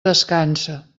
descansa